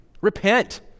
repent